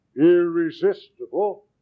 irresistible